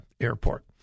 airport